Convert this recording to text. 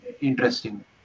interesting